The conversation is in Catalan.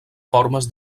formes